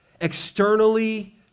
externally